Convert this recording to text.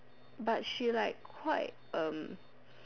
but she like quite um